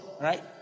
right